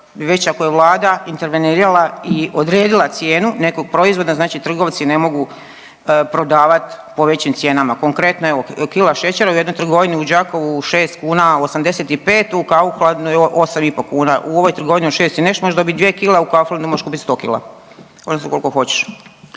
već ako je vlada intervenirala i odredila cijenu nekog proizvoda znači trgovci ne mogu prodavat po većim cijenama. Konkretno evo kila šećera u jednoj trgovini u Đakovu 6,85 u Kauflandu je 8,5 kuna u ovoj trgovini od šest i nešto možeš dobiti dvije kile, a u Kauflandu možeš kupiti 100 kila odnosno koliko hoćeš.